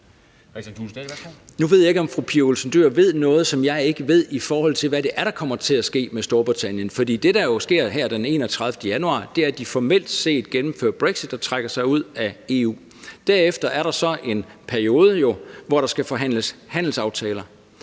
Nu ved jeg ikke, om fru Pia Olsen Dyhr ved noget, som jeg ikke ved i forhold til, hvad det er, der kommer til at ske med Storbritannien. For det, der jo sker her den 31. januar, er, at de formelt set gennemfører brexit og trækker sig ud af EU. Derefter er der så en periode, hvor der skal forhandles handelsaftaler,